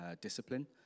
discipline